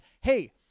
hey